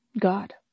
God